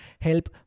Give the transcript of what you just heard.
help